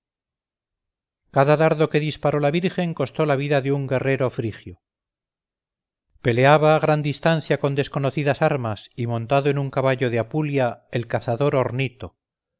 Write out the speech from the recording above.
cada dardo que disparó la virgen costó la vida de un guerrero frigio peleaba a gran distancia con desconocidas armas y montado en un caballo de apulia el cazador ornito